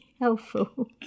helpful